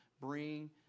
bring